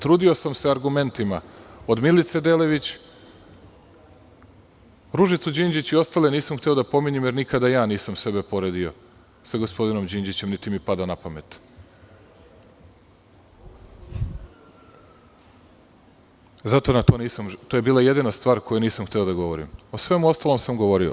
Trudio sam se argumentima, od Milice Delević, Ružicu Đinđić i ostale nisam hteo da pominjem jer nikada ja nisam sebe poredio sa gospodinom Đinđićem niti mi pada na pamet, to je bila jedina stvar o kojoj nisam hteo da govorim, o svemu ostalom sam govorio.